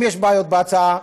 אם יש בעיות בהצעה,